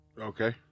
Okay